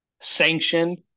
sanctioned